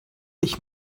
ich